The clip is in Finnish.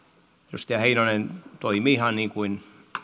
edustaja heinonen toimi ihan niin kuin